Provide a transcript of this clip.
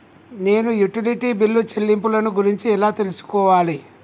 నేను utility bill చెల్లింపులను గురించి ఎలా తెలుసుకోవాలి?